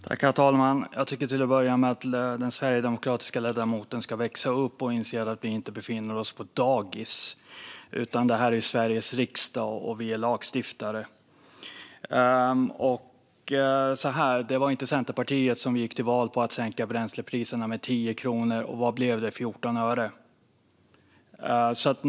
Herr talman! Jag tycker till att börja med att den sverigedemokratiska ledamoten ska växa upp och inse att vi inte befinner oss på ett dagis. Det här är Sveriges riksdag, och vi är lagstiftare. Och det var inte Centerpartiet som gick till val på att sänka bränslepriserna med 10 kronor. Vad blev det, 14 öre?